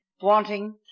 wanting